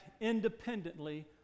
independently